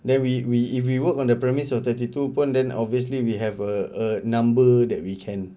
then we we if we work on the premise of thirty two open then obviously we have uh a number that we can